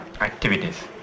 activities